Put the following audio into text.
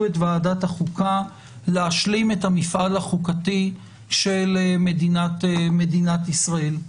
את ועדת החוקה להשלים את המפעל החוקתי של מדינת ישראל.